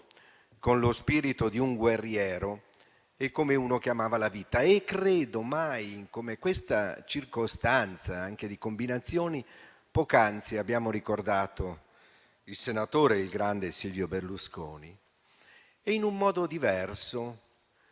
con lo spirito di un guerriero e come uno che amava la vita. Credo che mai come in questa circostanza anche di combinazioni poc'anzi abbiamo ricordato il grande Silvio Berlusconi. In un modo diverso,